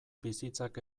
bizitzak